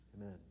Amen